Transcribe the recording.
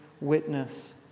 witness